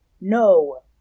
no